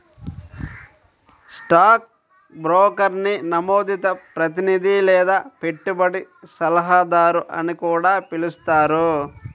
stock బ్రోకర్ని నమోదిత ప్రతినిధి లేదా పెట్టుబడి సలహాదారు అని కూడా పిలుస్తారు